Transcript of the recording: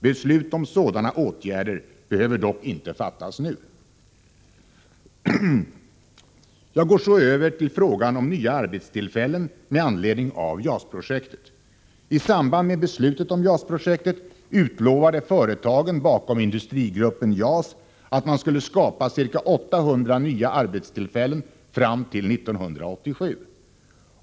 Beslut om sådana åtgärder behöver dock inte fattas nu. Jag går så över till frågan om nya arbetstillfällen med anledning av JAS-projektet. I samband med beslutet om JAS-projektet utlovade företagen bakom Industrigruppen JAS att man skulle skapa ca 800 nya arbetstillfällen fram till 1987.